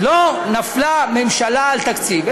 לא נפלה ממשלה על תקציב.